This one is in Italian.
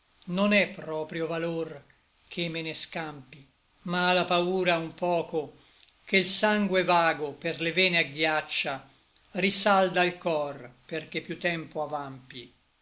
non è proprio valor che me ne scampi ma la paura un poco che l sangue vago per le vene agghiaccia risalda l cor perché piú tempo avampi